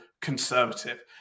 conservative